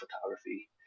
photography